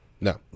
No